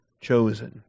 chosen